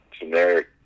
Generic